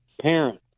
parent